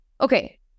okay